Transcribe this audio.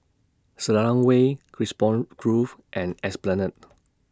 Selarang Way Carisbrooke Grove and Esplanade